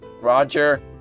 Roger